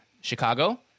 Chicago